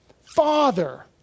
Father